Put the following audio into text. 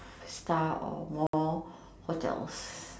star or more hotels